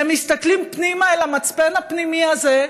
הם מסתכלים פנימה אל המצפן הפנימי הזה,